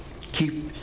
Keep